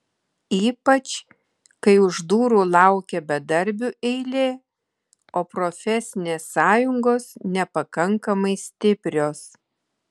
ypač kai už durų laukia bedarbių eilė o profesinės sąjungos nepakankamai stiprios